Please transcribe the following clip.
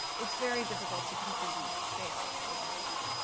it's very difficult to completely fail a workout.